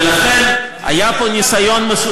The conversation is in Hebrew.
ולכן היה פה ניסיון,